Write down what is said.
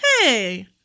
hey